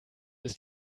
ist